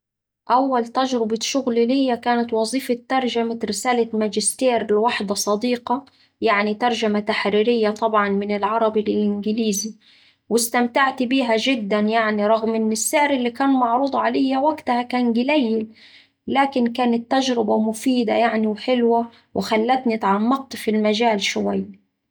أول تجربة شغل ليا كانت وظيفة ترجمة رسالة ماجستير لواحدة صديقة يعني ترجمة تحريرية طبعا من العربي للإنجليزي، واستمتعت بيها جدا يعني رغم إن السعر اللي كان معروض عليا وقتها كان قليل لكن كانت تجربة مفيدة يعني وحلوة وخلتني اتعمقت في المجال شوية.